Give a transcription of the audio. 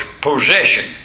possession